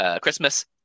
christmas